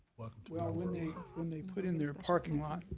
well, when they put in their parking lot,